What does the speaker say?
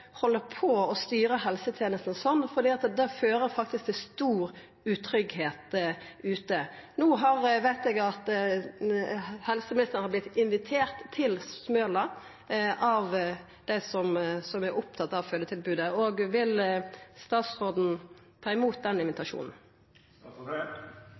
på å styra helsetenestene sånn, for det fører faktisk til stor utryggleik ute. No veit eg at helseministeren har vorte invitert til Smøla av dei som er opptatte av fødetilbodet. Vil statsråden ta imot den